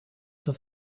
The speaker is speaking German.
zur